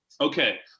Okay